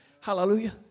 Hallelujah